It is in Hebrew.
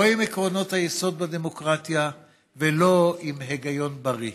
לא עם עקרונות היסוד בדמוקרטיה ולא עם היגיון בריא.